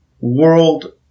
world